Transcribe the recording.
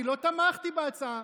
אני לא תמכתי בהצעה.